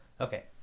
Okay